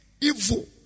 evil